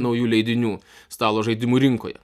naujų leidinių stalo žaidimų rinkoje